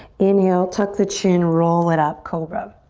inhale, tuck the chin, roll it up, cobra.